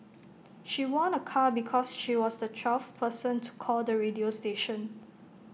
she won A car because she was the twelfth person to call the radio station